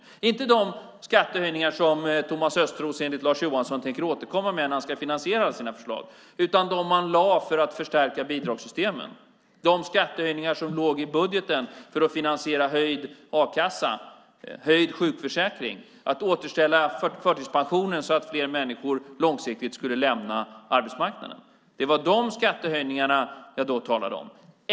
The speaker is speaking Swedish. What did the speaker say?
Det är inte de skattehöjningar som Thomas Östros enligt Lars Johansson tänker återkomma med när han ska finansiera alla sina förslag, utan det är de han lade fram för att förstärka bidragssystemen, de skattehöjningar som låg i budgeten för att finansiera höjd a-kassa och höjd sjukförsäkring, för att återställa förtidspensionen så att fler människor långsiktigt skulle lämna arbetsmarknaden. Det var de skattehöjningarna jag då talade om.